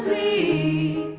a